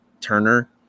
Turner